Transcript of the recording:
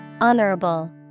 Honorable